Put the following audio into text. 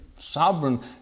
Sovereign